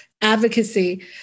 advocacy